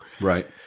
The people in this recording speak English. right